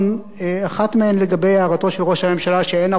אחת מהן לגבי הערתו של ראש הממשלה שאין ארוחות חינם,